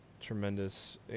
tremendous